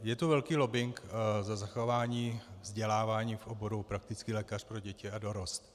Je tu velký lobbing za zachování vzdělávání v oboru praktický lékař pro děti a dorost.